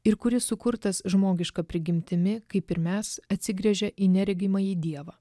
ir kuris sukurtas žmogiška prigimtimi kaip ir mes atsigręžia į neregimąjį dievą